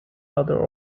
other